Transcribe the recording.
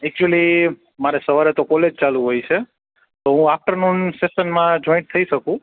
actually મારે સવારે તો કોલેજ ચાલુ હોય છે તો હું આફ્ટરનૂન સેસનમા જોઈન્ટ થઈ શકું